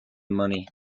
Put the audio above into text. money